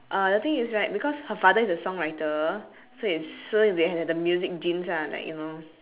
uh the thing is right because her father is a song writer so it's so they have the music genes ah like you know